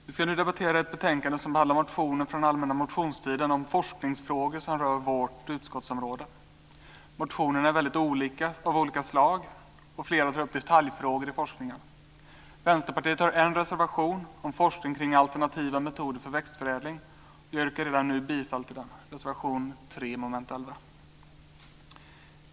Fru talman! Vi ska nu debattera ett betänkande som behandlar motioner från allmänna motionstiden om forskningsfrågor som rör vårt utskottsområde. Motionerna är av mycket olika slag. Flera tar upp detaljfrågor i forskningen. Vänsterpartiet har en reservation om forskning kring alternativa metoder för växtförädling. Jag yrkar redan nu bifall till reservation 3 under mom. 11.